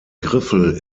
griffel